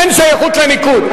אין שייכות לניקוד.